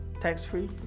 tax-free